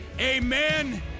amen